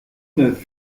neuf